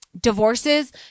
Divorces